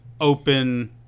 open